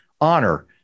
honor